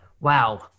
Wow